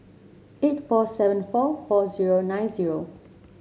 eight four seven four four zero nine zero